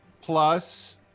plus